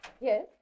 Yes